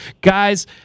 Guys